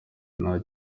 nta